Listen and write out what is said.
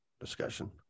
discussion